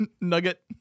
nugget